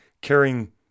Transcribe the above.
carrying